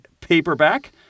paperback